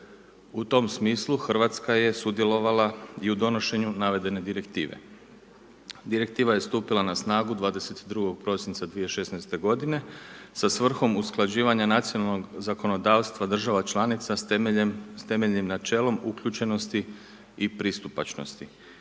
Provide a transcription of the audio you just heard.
U tom smislu Hrvatska je sudjelovala i u donošenju navedene direktive. Direktiva je stupila na snagu 22. prosinca 2016. g. sa svrhom usklađivanja nacionalnog zakonodavstva država članica s temeljnijim načelom uključenosti i pristupačnosti,